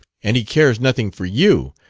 and he cares nothing for you,